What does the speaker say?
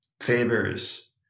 favors